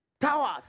towers